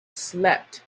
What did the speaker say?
slept